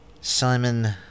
simon